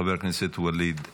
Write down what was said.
חבר הכנסת ווליד טאהא,